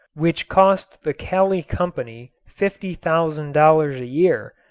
which cost the kali company fifty thousand dollars a year,